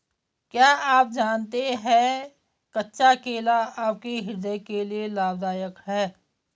क्या आप जानते है कच्चा केला आपके हृदय के लिए लाभदायक है?